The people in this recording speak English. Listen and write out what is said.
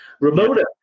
ramona